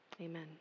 amen